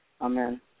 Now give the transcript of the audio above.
Amen